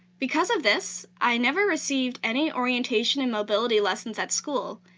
because of this, i never received any orientation and mobility lessons at school,